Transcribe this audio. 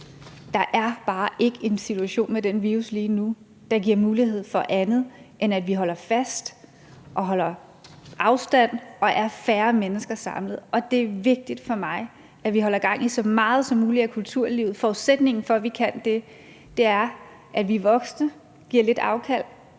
Der er bare ikke en situation med den virus, vi har lige nu, der giver mulighed for andet, end at vi holder fast og holder afstand og er færre mennesker samlet. Og det er vigtigt for mig, at vi holder gang i så meget som muligt af kulturlivet. Forudsætningen for, at vi kan det, er, at vi voksne giver lidt afkald,